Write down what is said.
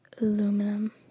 Aluminum